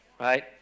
right